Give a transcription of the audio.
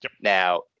Now